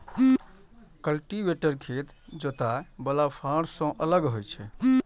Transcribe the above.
cultivator खेत जोतय बला फाड़ सं अलग होइ छै